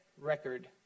record